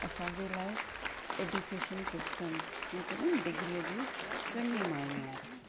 असांजे लाइ education system हीअं चवंदा आहिनि डिग्रीअ जी चङी माइने आहे